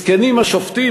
מסכנים השופטים,